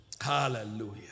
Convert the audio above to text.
Hallelujah